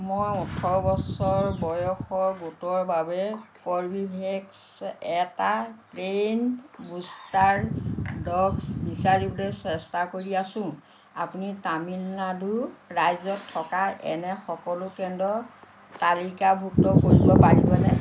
মোৰ ওঠৰ বছৰ বয়সৰ গোটৰ বাবে কৰ্বী ভেক্স এটা পে'ইড বুষ্টাৰ ড'জ বিচাৰিবলৈ চেষ্টা কৰি আছোঁ আপুনি তামিলনাডু ৰাজ্যত থকা এনে সকলো কেন্দ্ৰ তালিকাভুক্ত কৰিব পাৰিবনে